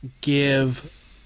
give